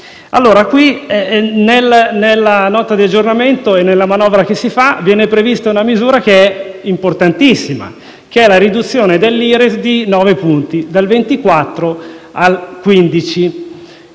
accelerarli. Nella Nota di aggiornamento e nella manovra che si fa viene prevista una misura importantissima, ossia la riduzione dell'IRES di nove punti, dal 24 al 15